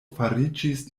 fariĝis